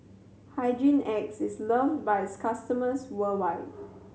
Hygin X is loved by its customers worldwide